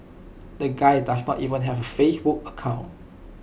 the guy does not even have A Facebook account